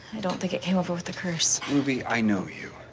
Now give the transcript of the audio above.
i don't think it came over with the curse ruby, i know you.